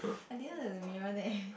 I didn't know there's a mirror there